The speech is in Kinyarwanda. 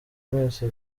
mwese